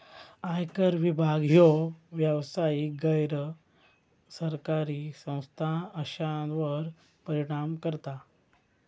आयकर विभाग ह्यो व्यावसायिक, गैर सरकारी संस्था अश्यांवर परिणाम करता